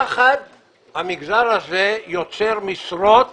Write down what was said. ביחד המגזר הזה יוצר משרות